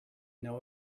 know